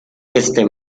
este